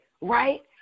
right